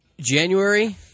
January